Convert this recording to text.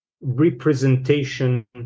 representation